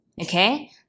okay